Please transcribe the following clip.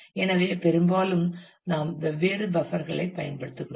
எனவே பெரும்பாலும் நாம் வெவ்வேறு பஃப்பர் களைப் பயன்படுத்துகிறோம்